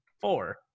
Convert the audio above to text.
four